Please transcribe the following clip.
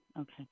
okay